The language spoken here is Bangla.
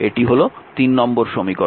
এটি হল নম্বর সমীকরণ